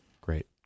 Great